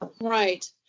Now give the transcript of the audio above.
Right